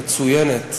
מצוינת,